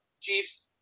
Chiefs